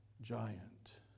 giant